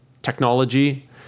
technology